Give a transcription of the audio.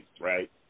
right